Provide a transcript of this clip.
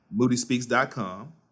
MoodySpeaks.com